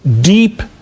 deep